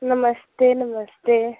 नमस्ते नमस्ते